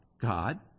God